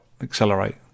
accelerate